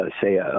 say